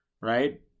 right